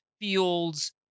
fields